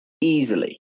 easily